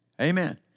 Amen